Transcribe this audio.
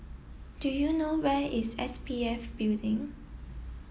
do you know where is S P F Building